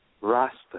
Rasta